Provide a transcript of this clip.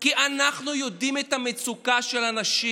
כי אנחנו יודעים את המצוקה של האנשים,